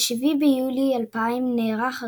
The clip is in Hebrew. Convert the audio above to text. ב-7 ביולי 2000 נערך הקונגרס,